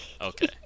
okay